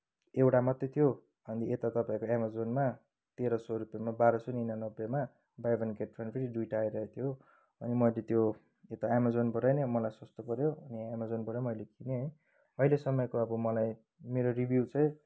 एउटा मात्रै थियो अनि यता तपाईँको एमाजोनमा तेह्र सय रुपियाँमा बाह्र सय निनानब्बेमा buy one get one free दुइटा आइरहेको थियो अनि मैले त्यो यता एमाजोनबाटै नै मलाई सस्तो पर्यो अनि एमाजनबाटै मैले किनेँ है अहिलेसम्मको अब मलाई मेरो रिभ्यू चाहिँ